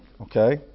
okay